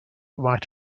right